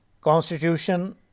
constitution